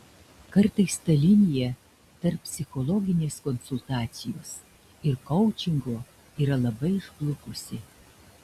kartais ta linija tarp psichologinės konsultacijos ir koučingo yra labai išblukusi